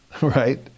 Right